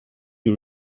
you